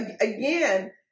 again